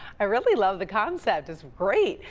i really love the concept, it's great.